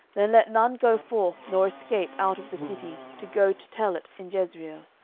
then let none go forth nor escape out of the city to go to tell it in jezreel.